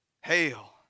Hail